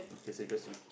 consider some